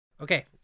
Okay